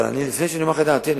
אבל לפני שאני אומר לך את דעתי אני